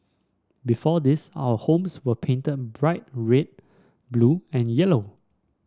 before this our homes were painted bright red blue and yellow